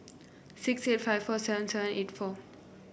six eight five four seven seven eight four